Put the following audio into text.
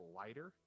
lighter